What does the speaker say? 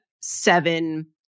seven